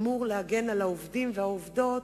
שאמור להגן על העובדים והעובדות,